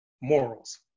Morals